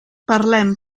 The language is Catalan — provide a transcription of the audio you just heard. parlem